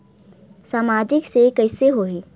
सामाजिक से कइसे होही?